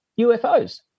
UFOs